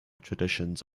traditions